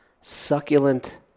succulent